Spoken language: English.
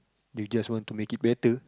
they just want to make it better